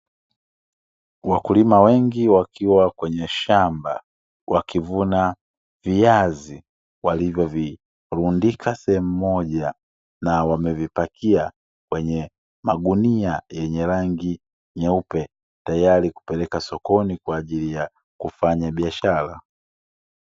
Wakulima wengi wakiwa kwenye shamba wakivuna viazi, walivyovirundika sehemu moja na wamevipakia kwenye magunia yenye rangi nyeupe, tayari kupeleka sokoni kwa ajili ya kufanya biashara.